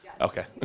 Okay